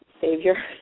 savior